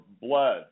blood